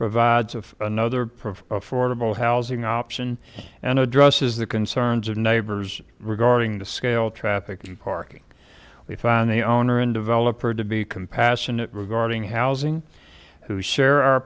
provides of another affordable housing option and addresses the concerns of neighbors regarding the scale traffic and parking we find the owner and developer to be compassionate regarding housing who share our